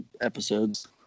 episodes